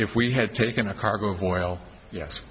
if we had taken a cargo of oil yes